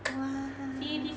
!wah!